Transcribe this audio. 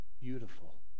beautiful